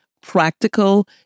practical